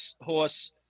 horse